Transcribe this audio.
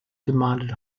demanded